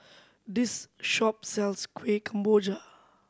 this shop sells Kueh Kemboja